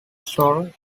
stores